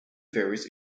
various